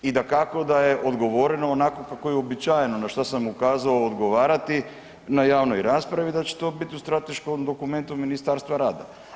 I dakako da je odgovoreno onako kako je uobičajeno na što sam ukazao odgovarati na javnoj raspravi da će to biti u strateškom dokumentu Ministarstva rada.